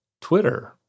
Twitter